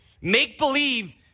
make-believe